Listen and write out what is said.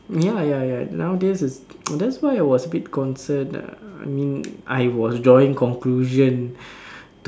ya ya ya nowadays is that why I was a bit concerned lah I mean I was drawing conclusion